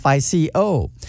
FICO